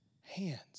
hands